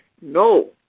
No